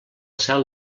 cel